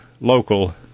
local